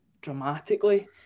dramatically